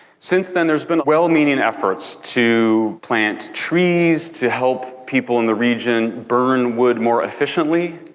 since then, there's been well-meaning efforts to plant trees, to help people in the region burn wood more efficiently,